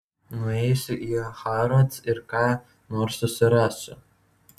nueisiu į harrods ir ką nors susirasiu